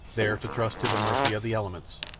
there to trust to the mercy of the elements,